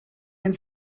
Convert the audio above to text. and